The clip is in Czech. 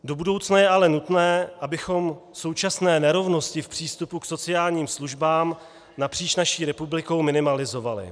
Do budoucna je ale nutné, abychom současné nerovnosti v přístupu k sociálním službám napříč naší republikou minimalizovali.